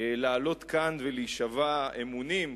לעלות לכאן ולהישבע אמונים,